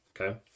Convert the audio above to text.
Okay